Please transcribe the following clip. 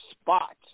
Spot